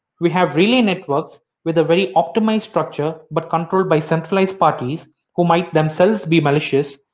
we have relay networks with a very optimized structure but controlled by centralized parties who might themselves be malicious,